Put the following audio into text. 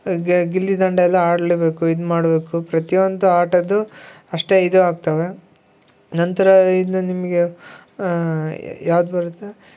ಗೆ ಗಿಲ್ಲಿ ದಂಡ ಎಲ್ಲ ಆಡಲೇಬೇಕು ಇದು ಮಾಡಬೇಕು ಪ್ರತಿಯೊಂದು ಆಟದ್ದು ಅಷ್ಟೇ ಇದು ಆಗ್ತಾವ ನಂತರ ಇನ್ನು ನಿಮಗೆ ಯಾವ್ದು ಬರುತ್ತ